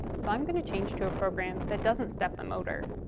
so i'm going to change to a program that doesn't step the motor.